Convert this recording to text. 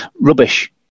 Rubbish